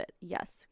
Yes